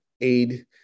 aid